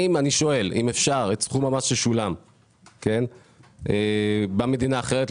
אני שואל אם אפשר את סכום המס ששולם במדינה אחרת,